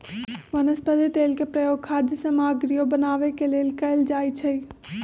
वनस्पति तेल के प्रयोग खाद्य सामगरियो बनावे के लेल कैल जाई छई